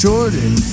Jordan